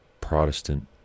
Protestant